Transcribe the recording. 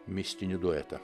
mistinį duetą